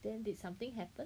then did something happen